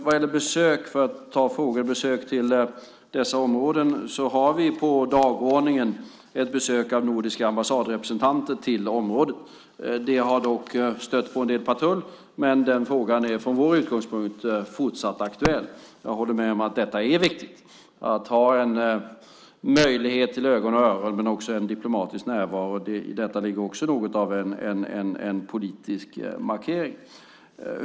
Vad gäller besök har vi på dagordningen ett besök av nordiska ambassadrepresentanter till området. Det har dock stött på patrull, men frågan är från vår utgångspunkt fortsatt aktuell. Jag håller med om att det är viktigt att ha en möjlighet till ögon och öron men också en diplomatisk närvaro. I detta ligger också något av en politisk markering.